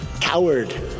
coward